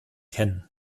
kennen